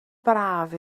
braf